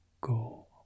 go